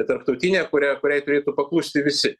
tarptautinė kuria kuriai turėtų paklusti visi